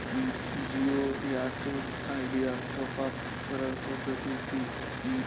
Jio Airtel Idea top up করার পদ্ধতি কি?